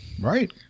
Right